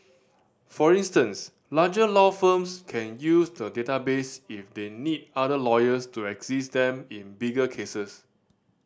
for instance larger law firms can use the database if they need other lawyers to assist them in bigger cases